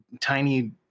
tiny